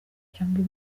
cyangwa